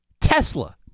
Tesla